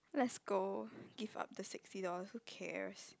let's go give up the sixty dollars who cares